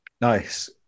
nice